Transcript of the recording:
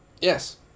Yes